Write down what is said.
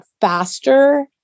faster